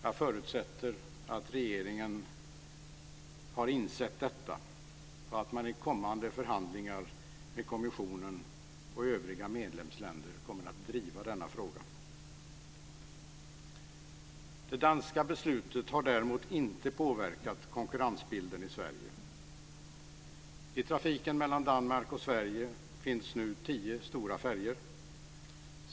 Jag förutsätter att regeringen har insett detta och att man i kommande förhandlingar med kommissionen och övriga medlemsländer kommer att driva denna fråga. Det danska beslutet har däremot inte påverkat konkurrensbilden i Sverige. I trafiken mellan Danmark och Sverige finns nu tio stora färjor.